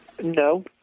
No